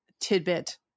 tidbit